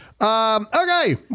Okay